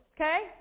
okay